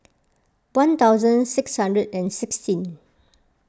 one thousand six hundred and sixteen